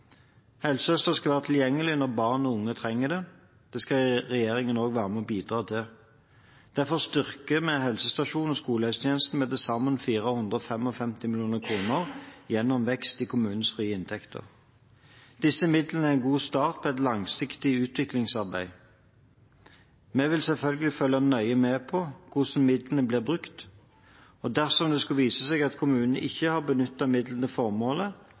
Helsesøster skal være tilgjengelig når barn og unge trenger det. Det skal regjeringen også være med og bidra til. Derfor styrker vi helsestasjons- og skolehelsetjenesten med til sammen 455 mill. kr gjennom vekst i kommunenes frie inntekter. Disse midlene er en god start på et langsiktig utviklingsarbeid. Vi vil selvfølgelig følge nøye med på hvordan midlene blir brukt. Dersom det skulle vise seg at kommunene ikke har benyttet midlene til formålet,